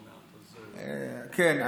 כן,